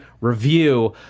review